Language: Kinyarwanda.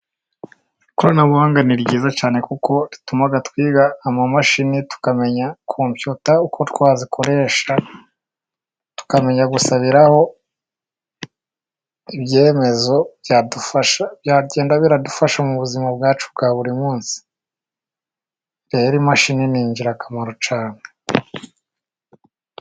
Ikoranabuhanga ni ryiza cyane, kuko rituma twiga amamashini tukamenya kompiyuta uko twazikoresha, tukamenya gusabiraho ibyemezo byagenda biradufasha mu buzima bwacu bwa buri munsi, rero imashini n'ingirakamaro cyane.